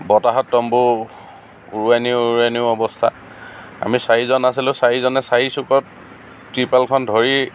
বতাহত তম্বু উৰুৱাই নিও উৰুৱাই নিও অৱস্থা আমি চাৰিজন আছিলোঁ চাৰিজনে চাৰি চুকত ত্ৰিপালখন ধৰি